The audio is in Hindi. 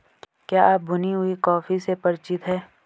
क्या आप भुनी हुई कॉफी से परिचित हैं?